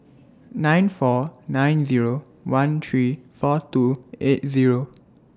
nine four nine Zero one three four two eight Zero